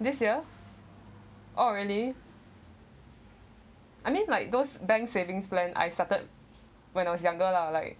this year oh really I mean like those bank savings plan I started when I was younger lah like